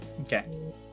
Okay